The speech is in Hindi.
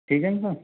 ठीक है न सर